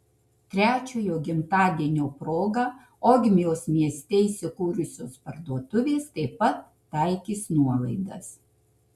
trečiojo gimtadienio proga ogmios mieste įsikūrusios parduotuvės taip pat taikys nuolaidas